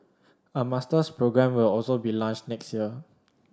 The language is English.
a masters programme will also be launched next year